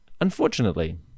Unfortunately